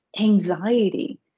Anxiety